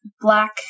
Black